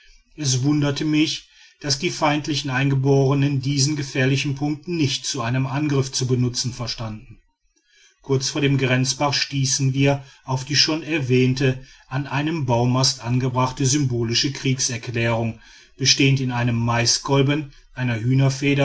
es wunderte mich daß die feindlichen eingeborenen diesen gefährlichen punkt nicht zu einem angriff zu benutzen verstanden kurz vor dem grenzbach stießen wir auf die schon erwähnte an einem baumast angebrachte symbolische kriegserklärung bestehend in einem maiskolben einer